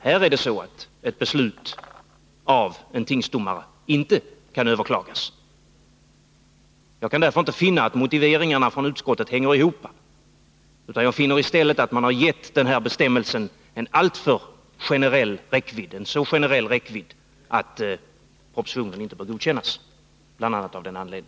Här är det däremot så att ett beslut av en tingsdomare inte kan överklagas. Jag kan därför inte finna att utskottets motiveringar hänger ihop. Jag finner i stället att man har gett den här bestämmelsen en alltför generell räckvidd — en så generös räckvidd att propositionen inte bör godkännas, bl.a. av den anledningen.